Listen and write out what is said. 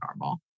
normal